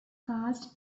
cast